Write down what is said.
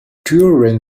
during